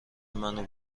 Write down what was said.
منو